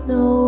no